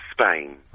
Spain